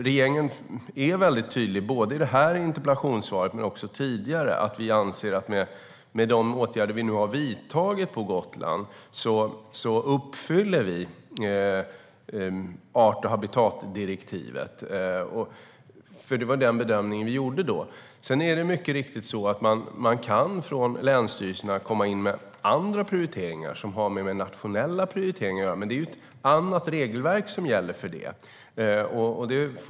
Regeringen är, både i detta och tidigare interpellationssvar, väldigt tydlig med att vi anser att vi med de åtgärder vi nu har vidtagit på Gotland uppfyller art och habitatdirektivet. Det var den bedömningen vi gjorde då. Sedan är det mycket riktigt så att länsstyrelserna kan komma in med andra prioriteringar som har mer med nationella prioriteringar att göra, men det är ett annat regelverk som gäller för detta.